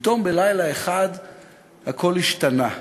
פתאום בלילה אחד הכול השתנה.